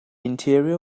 interior